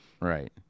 Right